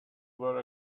were